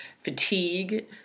fatigue